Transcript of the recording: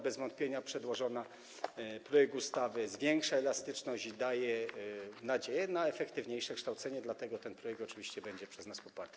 Bez wątpienia przedłożona ustawa zwiększa elastyczność i daje nadzieję na efektywniejsze kształcenie, dlatego ten projekt oczywiście będzie przez nas poparty.